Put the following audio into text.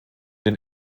den